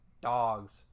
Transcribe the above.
dogs